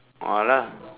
ah lah